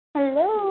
Hello